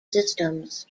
systems